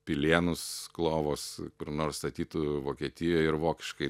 pilėnus klovos kur nors statytų vokietijoj ir vokiškai